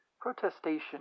protestation